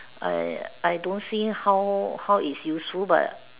uh I don't see how how it's useful but